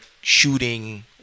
shooting